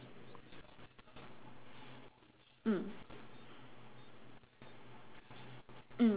mm mm